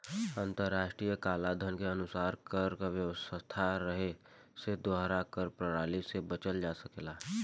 अंतर्राष्ट्रीय कलाधन के अनुसार कर व्यवस्था रहे से दोहरा कर प्रणाली से बचल जा सकेला